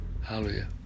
hallelujah